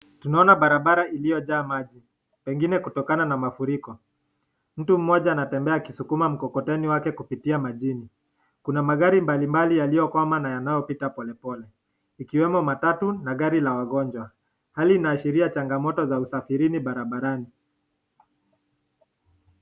Tunaona barabara iliyojaa maji, pengine kutokana na mafuriko. Mtu mmoja anatembea akisukuma mkokoteni wake kupitia majini. Kuna magari mbalimbali yaliyokwama na yanayopita polepole, ikiwemo matatu na gari la wagonjwa. Hali inaashiria changamoto za usafiri barabarani.